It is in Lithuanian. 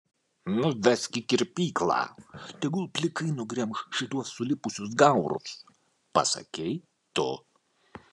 nuvesk į kirpyklą tegul plikai nugremš šituos sulipusius gaurus pasakei tu